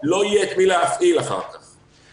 לא יהיה את מי להפעיל אחר כך.